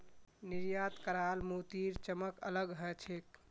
निर्यात कराल मोतीर चमक अलग ह छेक